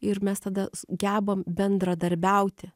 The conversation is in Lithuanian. ir mes tada gebam bendradarbiauti